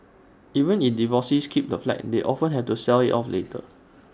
even if divorcees keep the flat they often have to sell IT off later